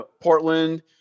Portland